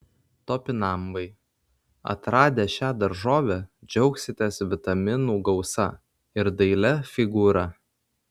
topinambai atradę šią daržovę džiaugsitės vitaminų gausa ir dailia figūra